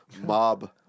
mob